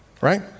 right